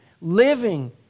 living